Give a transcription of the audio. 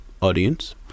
audience